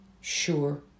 sure